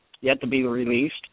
yet-to-be-released